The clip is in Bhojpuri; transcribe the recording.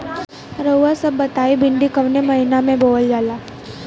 रउआ सभ बताई भिंडी कवने महीना में बोवल जाला?